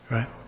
Right